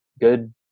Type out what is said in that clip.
good